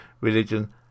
religion